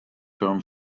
term